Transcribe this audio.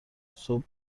صبح